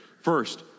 First